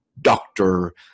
doctor